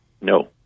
No